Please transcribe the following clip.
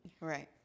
right